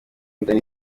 danny